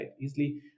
easily